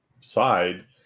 side